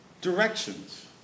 directions